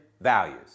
values